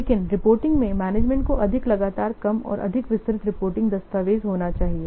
लेकिन रिपोर्टिंग में मैनेजमेंट को अधिक लगातार कम और अधिक विस्तृत रिपोर्टिंग दस्तावेज होना चाहिए